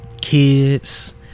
Kids